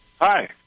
Hi